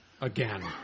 Again